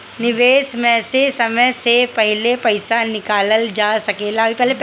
निवेश में से समय से पहले पईसा निकालल जा सेकला?